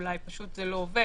אולי פשוט זה לא עובד,